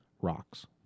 Rocks